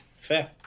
fair